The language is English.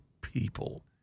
people